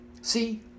See